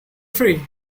free